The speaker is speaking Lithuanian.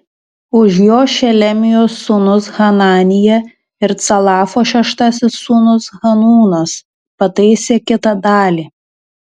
už jo šelemijos sūnus hananija ir calafo šeštasis sūnus hanūnas pataisė kitą dalį